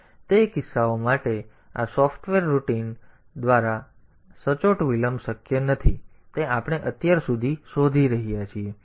તેથી તે કિસ્સાઓ માટે આ સૉફ્ટવેર રૂટિનઓ દ્વારા આ સચોટ વિલંબ શક્ય નથી જે આપણે અત્યાર સુધી શોધી રહ્યા છીએ